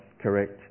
correct